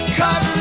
cut